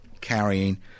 carrying